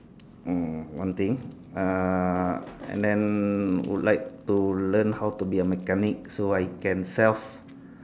mm one thing uh and then would like to learn how to be a mechanic so I can self